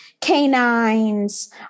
canines